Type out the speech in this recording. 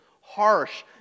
harsh